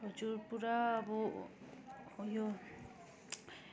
हजुर पुरा अब उयो